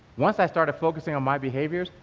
once i started focusing on my behaviors,